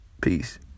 Peace